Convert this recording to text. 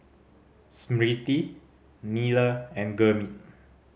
Smriti Neila and Gurmeet